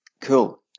Cool